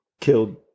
killed